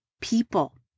people